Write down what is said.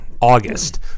august